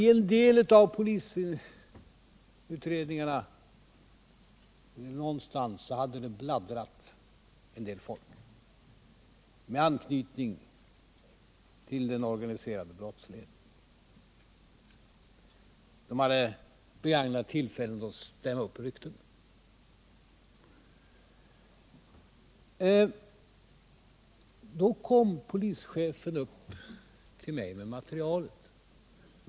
Jo, någonstans i polisutredningarna hade det bladdrat en del personer med anknytning till den organiserade brottsligheten. De hade begagnat tillfället att stämma upp rykten. Då kom polischefen upp till mig med materialet.